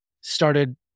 started